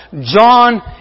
John